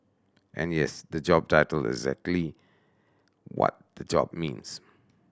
and yes the job title is exactly what the job means